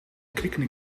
knikkende